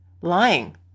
lying